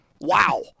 Wow